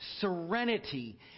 serenity